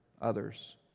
others